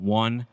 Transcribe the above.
one